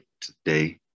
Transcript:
today